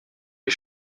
les